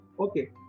Okay